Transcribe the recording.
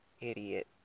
idiot